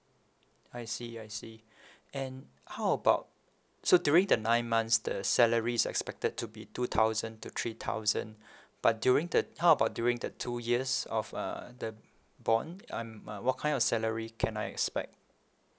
I see I see and how about so during the nine months the salary's expected to be two thousand to three thousand but during the how about during the two years of uh the bond um what kind of salary can I expect